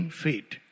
fate